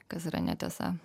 kas yra netiesa